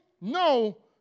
no